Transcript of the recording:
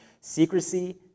secrecy